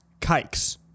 kikes